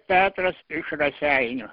petras iš raseinių